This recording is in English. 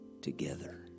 together